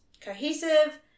cohesive